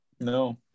No